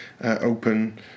open